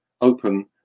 open